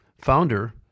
founder